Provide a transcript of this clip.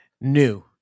New